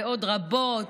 ועוד רבות,